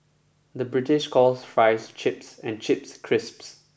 the British calls fries chips and chips crisps